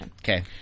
Okay